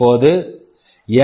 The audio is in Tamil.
இப்போது என்